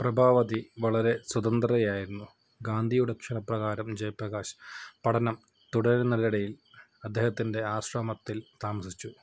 പ്രഭാവതി വളരെ സ്വതന്ത്രയായിരുന്നു ഗാന്ധിയുടെ ക്ഷണപ്രകാരം ജയപ്രകാശ് പഠനം തുടരുന്നതിനിടയിൽ അദ്ദേഹത്തിൻ്റെ ആശ്രമത്തിൽ താമസിച്ചു